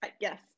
Yes